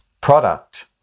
product